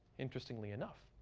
interestingly enough.